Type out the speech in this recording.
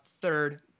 third